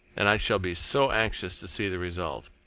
and i shall be so anxious to see the result.